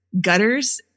Gutters